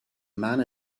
man